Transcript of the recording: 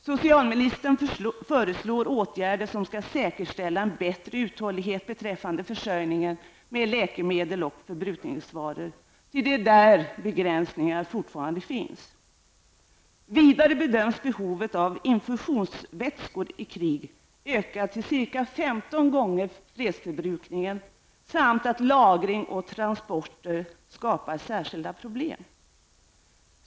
Socialministern föreslår nu åtgärder som skall säkerställa en bättre uthållighet beträffande försörjningen med läkemedel och förbrukningsvaror, ty det är där begränsningar fortfarande finns. Vidare bedöms behovet av infusionsvätskor i krig öka till ca 15 gånger fredsförbrukningen samt att lagring och transporter skapar särskilda problem.